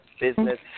Business